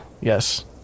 Yes